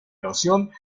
erosión